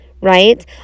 right